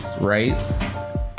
right